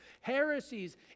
heresies